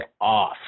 off